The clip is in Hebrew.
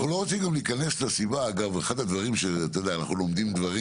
אני אומר בסוגריים שמתברר שבחלק מהקומות זה בגלל החלטה